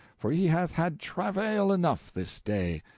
for he hath had travail enough this day,